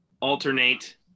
alternate